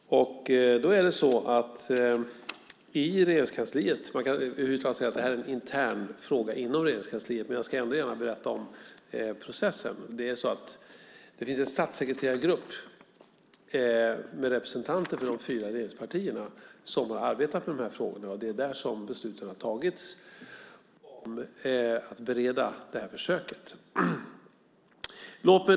Herr talman! Vi hade före ajourneringen en intressant debatt om utnämningspolitiken, och Berit Andnor frågade mig bland annat på vilket sätt den här försöksverksamheten hade beslutats. Man kan över huvud taget säga att detta är en intern fråga inom Regeringskansliet, men jag ska ändå gärna berätta om processen. Det är så att det finns en statssekreterargrupp med representanter för de fyra regeringspartierna som har arbetat med de här frågorna, och det är där som besluten har tagits om att bereda detta försök.